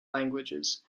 languages